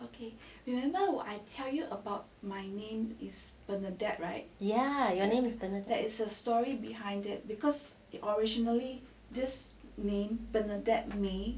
ya your name is bernadette